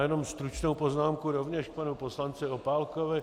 Jenom stručnou poznámku rovněž k panu poslanci Opálkovi.